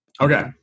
Okay